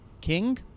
king